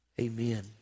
amen